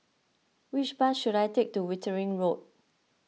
which bus should I take to Wittering Road